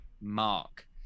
mark